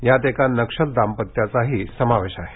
यात एका नक्षल दाम्पत्याचाही समावेश आहे